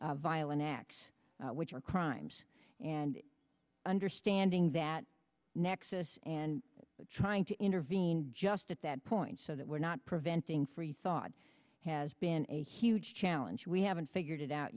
violent acts which are crimes and understanding that nexus and trying to intervene just at that point so that we're not preventing freethought has been a huge check well and you we haven't figured it out